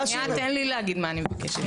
תן לי להגיד מה אני מבקשת.